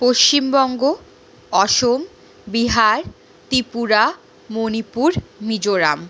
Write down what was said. Paschimbanga Assam Bihar Tripura Manipur Mizoram